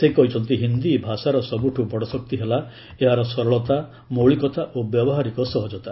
ସେ କହିଛନ୍ତି ହିନ୍ଦୀ ଭାଷାର ସବୁଠୁ ବଡ ଶକ୍ତି ହେଲା ଏହାର ସରଳତା ମୌଳିକତା ଓ ବ୍ୟବହାରିକ ସହଜତା